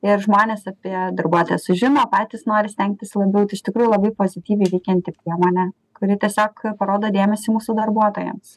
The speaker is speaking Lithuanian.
ir žmonės apie darbuotoją sužino patys nori stengtis labiau tai iš tikrųjų labai pozityviai veikianti priemonė kuri tiesiog parodo dėmesį mūsų darbuotojams